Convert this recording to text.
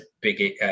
big